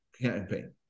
campaign